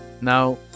Now